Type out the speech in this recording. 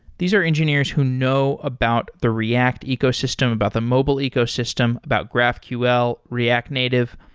these are engineers who know about the react ecosystem, about the mobile ecosystem, about graphql, react native.